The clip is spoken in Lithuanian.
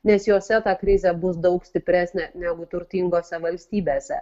nes jose ta krizė bus daug stipresnė negu turtingose valstybėse